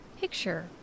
picture